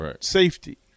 safety